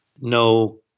no